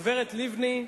הגברת לבני,